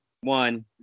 one